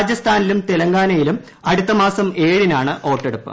രാജസ്ഥാനിലും തെലങ്കാനയിലും അടുത്ത മാസം ഏഴിനാണ് വോട്ടെടുപ്പ്